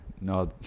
No